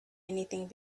anything